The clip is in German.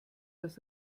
das